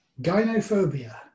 Gynophobia